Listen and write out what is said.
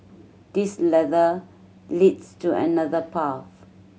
this ladder leads to another path